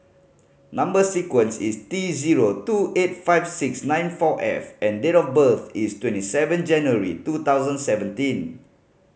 number sequence is T zero two eight five six nine four F and date of birth is twenty seven January two thousand seventeen